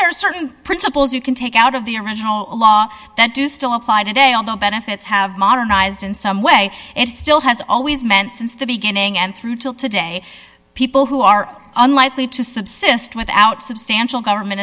there are certain principles you can take out of the original law that do still apply today all the benefits have modernized in some way it still has always meant since the beginning and through till today people who are unlikely to subsist without substantial government